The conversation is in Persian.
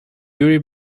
یوری